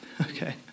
okay